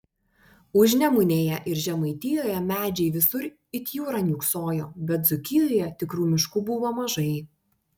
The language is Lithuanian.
užnemunėje ir žemaitijoje medžiai visur it jūra niūksojo bet dzūkijoje tikrų miškų buvo mažai